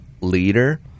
leader